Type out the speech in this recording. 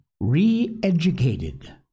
re-educated